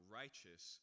righteous